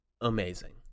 amazing